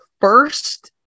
first